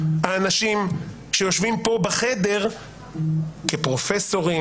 אנשים שיושבים פה בחדר כפרופסורים,